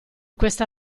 questa